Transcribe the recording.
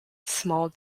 small